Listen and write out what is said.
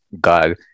God